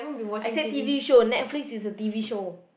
I said t_v show Netflix is a t_v show